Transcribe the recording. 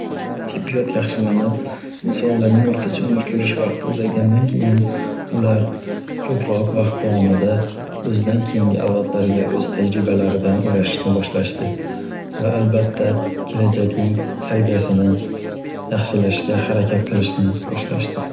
Tibbiyot yaxshilanib, insonlarning o'rtacha umr ko'rish vaqti uzaygandan keyin ular ko'proq vaqt davomida o'zidan keyingi avlodalariga o'z tajribalaridan ulashishni boshlashdi va albatta kelajakning tarbiyasini yaxshilashga harakat qilishni boshlashdi.